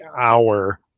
hour